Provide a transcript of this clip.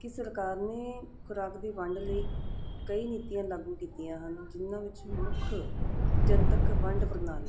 ਕਿ ਸਰਕਾਰ ਨੇ ਖੁਰਾਕ ਦੀ ਵੰਡ ਲਈ ਕਈ ਨੀਤੀਆਂ ਲਾਗੂ ਕੀਤੀਆਂ ਹਨ ਜਿਹਨਾਂ ਵਿੱਚ ਮੁੱਖ ਜਨਤਕ ਵੰਡ ਪ੍ਰਣਾਲੀ